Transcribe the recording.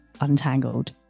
untangled